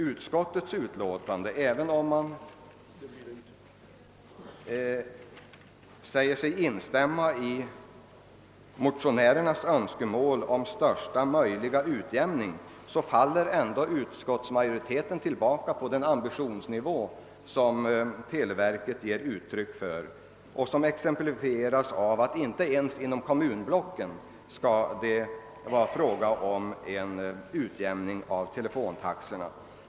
Utskottsmajoriteten säger sig visserligen instämma i motionärernas önskemål om största möjliga utjämning, men man står ändå på samma låga ambitionsnivå som televerket, vilken kan exemplifieras med att man inte ens avser att helt utjämna telefontaxorna inom kommunblocken.